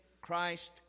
Christ